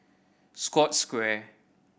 Scotts Square